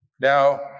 Now